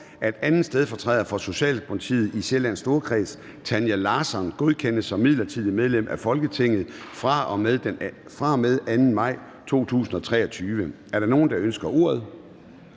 at 2. stedfortræder for Socialdemokratiet i Sjællands Storkreds, Tanja Larsson, godkendes som midlertidigt medlem af Folketinget fra og med den 2. maj 2023. Er der nogen, der ønsker ordet?